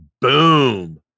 Boom